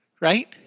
right